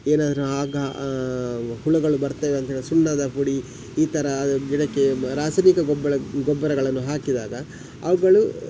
ಏನಾದರೂ ಆಗ ಹುಳಗಳು ಬರ್ತವೆ ಅಂಥೇಳಿ ಸುಣ್ಣದ ಹುಡಿ ಈ ಥರ ಗಿಡಕ್ಕೆ ರಾಸಾಯನಿಕ ಗೊಬ್ಬರ ಗೊಬ್ಬರಗಳನ್ನು ಹಾಕಿದಾಗ ಅವುಗಳು